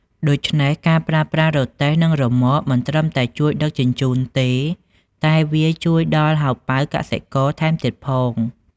ដូច្នេះ ការប្រើប្រាស់រទេះ និងរ៉ឺម៉កមិនត្រឹមតែជួយដឹកជញ្ជូនទេ តែវាជួយដល់ហោប៉ៅកសិករថែមទៀតផង។